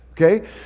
Okay